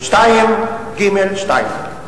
מסעיף 2(ג)(2).